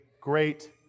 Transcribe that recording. great